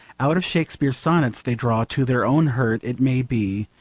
out of shakespeare's sonnets they draw, to their own hurt it may be,